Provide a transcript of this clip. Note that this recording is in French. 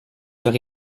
leur